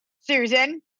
Susan